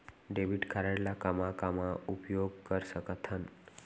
Debit card ला कामा कामा उपयोग कर सकथन?